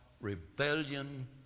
rebellion